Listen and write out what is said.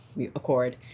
accord